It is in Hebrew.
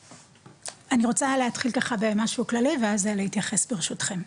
אני רוצה להתחיל ככה במשהו כללי ואז אני אתייחס ברשותכם.